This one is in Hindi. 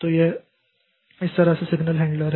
तो यह इस तरह से सिग्नल हैंडलर है